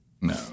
No